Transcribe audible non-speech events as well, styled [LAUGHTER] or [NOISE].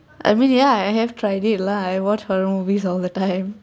I mean ya I have tried it lah I watch horror movies all the time [LAUGHS]